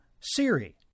Siri